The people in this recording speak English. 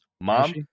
mom